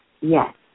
Yes